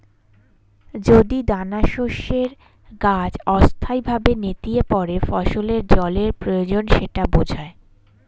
যদি দানাশস্যের গাছ অস্থায়ীভাবে নেতিয়ে পড়ে ফসলের জলের প্রয়োজন সেটা বোঝায়